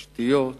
התשתיות,